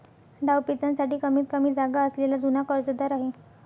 डावपेचांसाठी कमीतकमी जागा असलेला जुना कर्जदार आहे